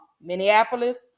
minneapolis